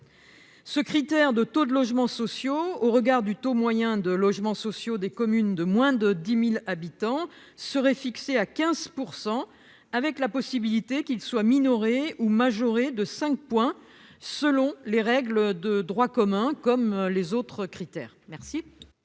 ce critère de taux de logements sociaux, au regard du taux moyen de logements sociaux des communes de moins de 10000 habitants serait fixé à 15 % avec la possibilité qu'il soit minoré ou majoré de 5 points selon les règles de droit commun comme les autres critères